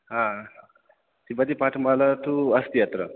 हा त्रिपाठिपाठमाला तु अस्ति अत्र